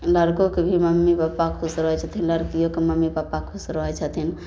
लड़कोके भी mummy papa खुश रहै छथिन लड़किओके मम्मी पापा खुश रहै छथिन